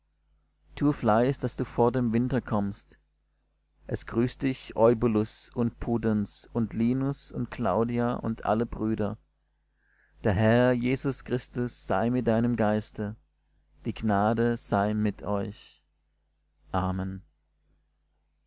tue fleiß daß du vor dem winter kommst es grüßt dich eubulus und pudens und linus und klaudia und alle brüder der herr jesus christus sei mit deinem geiste die gnade sei mit euch amen